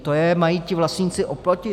To je mají ti vlastníci oplotit?